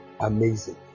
amazing